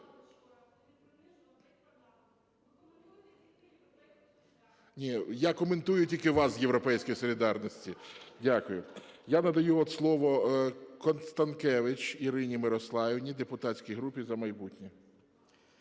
І надаю от слово Констанкевич Ірині Мирославівні, депутатська група "За майбутнє".